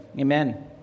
amen